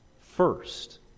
first